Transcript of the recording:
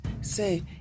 say